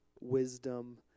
wisdom